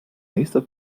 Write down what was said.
nächster